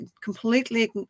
completely